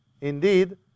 indeed